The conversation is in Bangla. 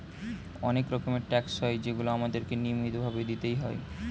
অনেক রকমের ট্যাক্স হয় যেগুলো আমাদের কে নিয়মিত ভাবে দিতেই হয়